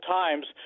times